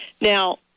Now